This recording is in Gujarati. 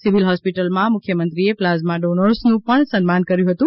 સિવિલ હોસ્પિટલમાં મુખ્યમંત્રીએ પ્લાઝ્મા ડોનર્સનું પણ સમ્માન કર્યું હતું